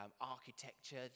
architecture